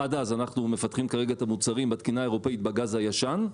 עד אז אנחנו מפתחים כרגע את המוצרים בתקינה האירופית בגז הישן,